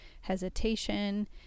hesitation